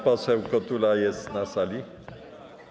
poseł Kotula jest na sali?